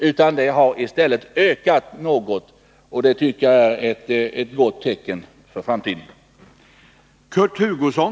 I stället har det ökat något. Det tycker jag är ett gott tecken för framtiden.